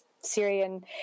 Syrian